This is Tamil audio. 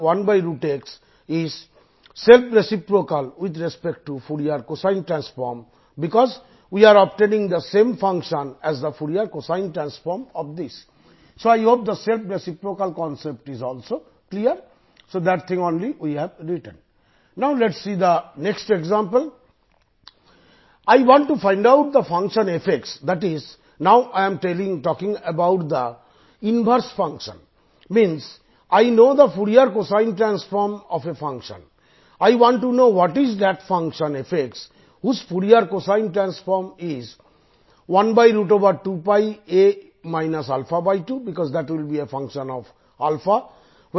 ஒரு ஃபங்க்ஷனின் ஐ எவ்வாறு கண்டுபிடிப்பது என்பதை பற்றி இப்பொழுது பார்க்கப் போகிறோம்